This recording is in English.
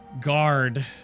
guard